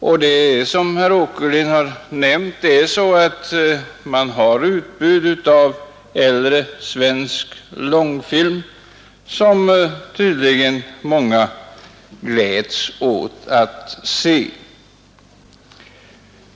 TV har, som herr Åkerlind nämnde, utbud av äldre svensk långfilm som tydligen många människor gläds åt att se.